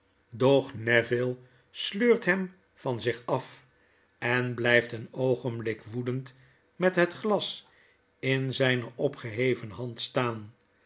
doch neville sleurt hem van zichaf enblijft een oogenblik woedend met het glas in zgne opgeheven hand staan